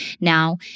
Now